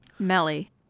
Melly